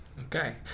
Okay